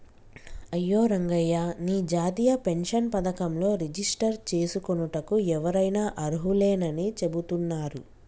అయ్యో రంగయ్య నీ జాతీయ పెన్షన్ పథకంలో రిజిస్టర్ చేసుకోనుటకు ఎవరైనా అర్హులేనని చెబుతున్నారు